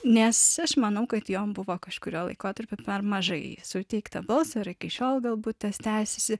nes aš manau kad jom buvo kažkuriuo laikotarpiu per mažai suteikta balso ir iki šiol galbūt tas tęsiasi